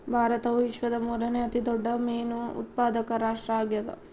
ಭಾರತವು ವಿಶ್ವದ ಮೂರನೇ ಅತಿ ದೊಡ್ಡ ಮೇನು ಉತ್ಪಾದಕ ರಾಷ್ಟ್ರ ಆಗ್ಯದ